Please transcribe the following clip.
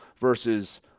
versus